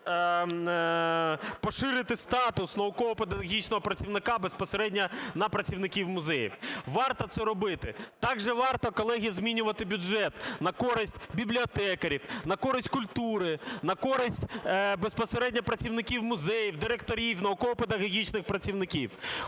поширити статус науково-педагогічного працівника безпосередньо на працівників музеїв. Варто це робити. Так же варто, колеги, змінювати бюджет на користь бібліотекарів, на користь культури, на користь безпосередньо працівників музеїв, директорів, науково-педагогічних працівників.